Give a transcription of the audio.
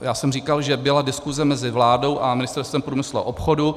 Já jsem říkal, že byla diskuze mezi vládou a Ministerstvem průmyslu a obchodu.